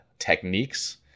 Techniques